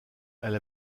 elle